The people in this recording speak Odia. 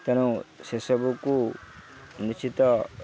ତେଣୁ ସେସବୁକୁ ନିଶ୍ଚିତ